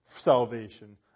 salvation